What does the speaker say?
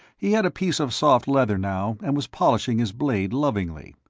he had a piece of soft leather, now, and was polishing his blade lovingly.